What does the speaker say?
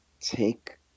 take